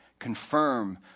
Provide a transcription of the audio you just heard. confirm